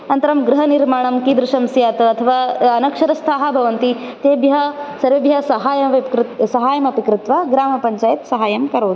अनन्तरं गृहनिर्माणम् कीदृशं स्यात् अथवा अनक्षरस्थाः भवन्ति तेभ्यः सर्वेभ्यः साहाय्यमपि कृ साहाय्यम् अपि कृत्वा ग्रामपञ्चायत् साहाय्यं करोति